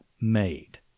made